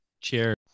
cheers